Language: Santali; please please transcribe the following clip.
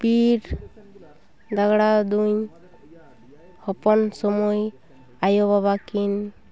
ᱵᱤᱨ ᱫᱟᱬᱟ ᱫᱩᱧ ᱦᱚᱯᱚᱱ ᱥᱚᱢᱚᱭ ᱟᱭᱚ ᱵᱟᱵᱟᱠᱤᱱ